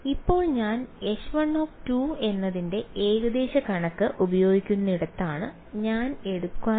ഇപ്പോൾ ഞാൻ H1 എന്നതിന്റെ ഏകദേശ കണക്ക് ഉപയോഗിക്കുന്നിടത്താണ് ഞാൻ എടുക്കാൻ പോകുന്നത്